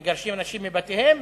מגרשים אנשים מבתיהם,